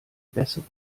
bessere